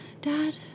Dad